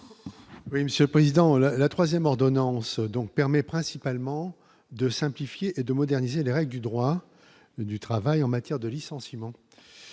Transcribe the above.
la 3ème ordonnance donc permet principalement de simplifier et de moderniser les règles du droit du travail en matière de licenciement